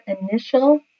initial